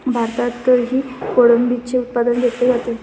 भारतातही कोळंबीचे उत्पादन घेतले जाते